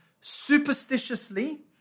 superstitiously